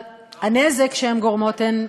אני לא אומר לא לבטל.